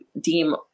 deem